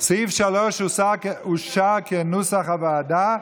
סעיף 3 אושר כנוסח הוועדה.